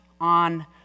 on